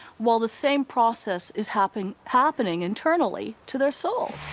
while the same process is happening happening internally to their soul.